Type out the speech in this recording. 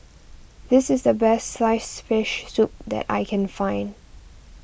this is the Best Sliced Fish Soup that I can find